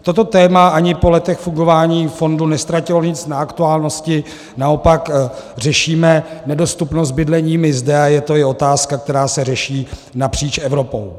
Toto téma ani po letech fungování fondu neztratilo nic na aktuálnosti, naopak řešíme nedostupnost bydlení my zde a je to i otázka, která se řeší napříč Evropou.